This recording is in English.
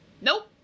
Nope